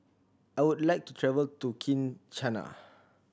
I would like to travel to Kinshasa